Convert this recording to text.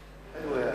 תודה רבה,